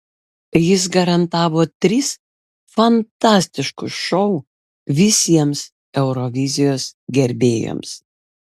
jis garantavo tris fantastiškus šou visiems eurovizijos gerbėjams